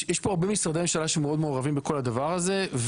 יש הרב משרדי ממשלה שמאוד מעורבים בכל הדבר הזה,